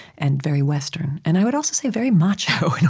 and very western and, i would also say, very macho, and